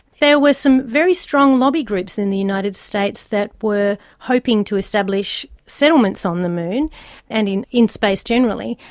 there were some very strong lobby groups in the united states that were hoping to establish settlements on the moon and in in space generally,